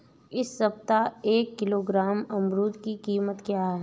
इस सप्ताह एक किलोग्राम अमरूद की कीमत क्या है?